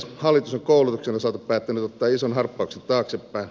hallitus on koulutuksen osalta päättänyt ottaa ison harppauksen taaksepäin